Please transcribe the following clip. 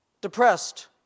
depressed